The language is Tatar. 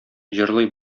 җырлый